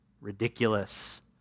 ridiculous